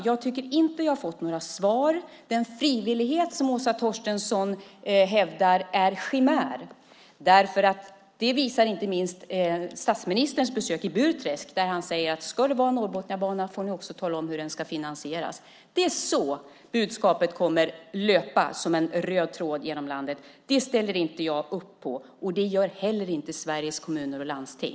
Jag tycker inte att jag har fått några svar. Den frivillighet som Åsa Torstensson hävdar är en chimär. Det visar inte minst statsministens besök i Burträsk. Han sade att ska det vara någon Norrbotniabana ska ni också tala om hur den ska finansieras. Det är så budskapet kommer att löpa som en röd tråd genom landet. Det ställer jag inte upp på, och det gör inte heller Sveriges kommuner och landsting.